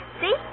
See